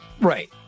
Right